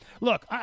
Look